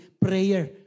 prayer